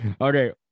Okay